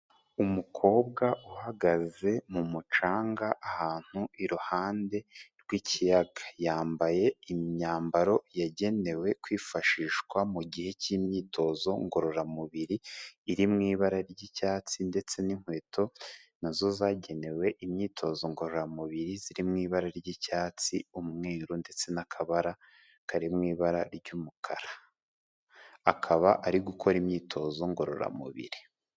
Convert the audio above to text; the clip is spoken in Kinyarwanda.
Umukobwa uhagaze mu mucanga ahantu iruhande rw'ikiyaga. Yambaye imyambaro yagenewe kwifashishwa mu gihe cy'imyitozo ngororamubiri iri mu ibara ry'icyatsi ndetse n'inkweto na zo zagenewe imyitozo ngororamubiri ziri mu ibara ry'icyatsi, umweru ndetse n'akabara kari mu ibara ry'umukara. Akaba ari gukora imyitozo ngororamubiri.